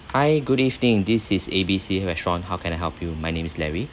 hi good evening this is A B C restaurant how can I help you my name is larry